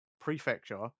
prefecture